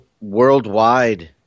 worldwide